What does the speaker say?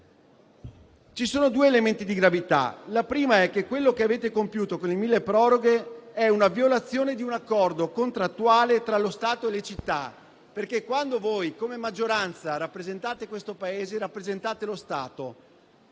Ci sono due elementi di gravità. In primo luogo, quello che avete compiuto con il milleproroghe è una violazione di un accordo contrattuale tra lo Stato e le città. Quando voi, come maggioranza, rappresentate questo Paese, rappresentate lo Stato.